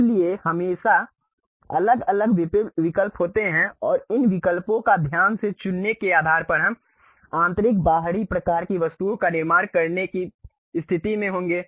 इसलिए हमेशा अलग अलग विकल्प होते हैं और इन विकल्पों को ध्यान से चुनने के आधार पर हम आंतरिक बाहरी प्रकार की वस्तुओं का निर्माण करने की स्थिति में होंगे